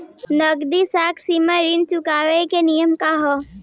नगदी साख सीमा ऋण चुकावे के नियम का ह?